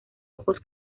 ojos